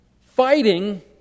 fighting